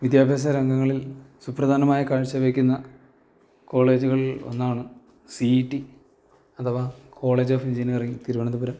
വിദ്യാഭ്യാസരംഗങ്ങളിൽ സുപ്രധാനമായി കാഴ്ച വെക്കുന്ന കോളേജുകളിൽ ഒന്നാണ് സി ഇ ടി അഥവാ കോളേജ് ഓഫ് എൻജിനിയറിങ് തിരുവനന്തപുരം